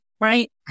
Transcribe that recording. right